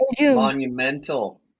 Monumental